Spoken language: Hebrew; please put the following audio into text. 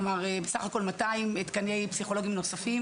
כלומר בסך הכול 200 תקני פסיכולוגים נוספים,